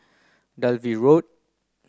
Dalvey Road